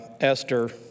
Esther